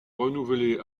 renouvelé